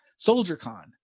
SoldierCon